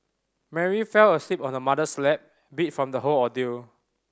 Mary fell asleep on her mother's lap beat from the whole ordeal